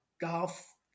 golf